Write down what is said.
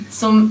som